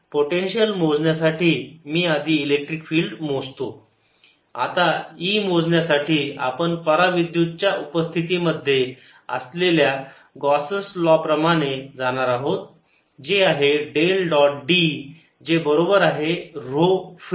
potential मोजण्यासाठी मी आधी इलेक्ट्रिक फील्ड मोजतो आता E मोजण्यासाठी आपण परा विद्युत च्या उपस्थितीमध्ये असलेल्या गॉसस लॉ प्रमाणे जाणार आहोत जे आहे डेल डॉट D जे बरोबर आहे ऱ्हो फ्री